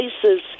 places